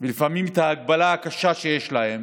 ולפעמים את ההגבלה הקשה שיש להם,